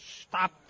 stop